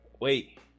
Wait